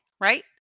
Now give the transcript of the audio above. right